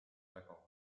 väga